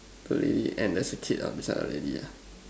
the lady and there's a kid lah beside the lady